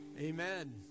Amen